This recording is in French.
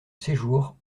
séjour